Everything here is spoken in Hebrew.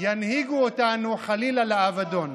ינהיגו אותנו, חלילה, לאבדון.